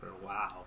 Wow